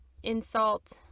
insult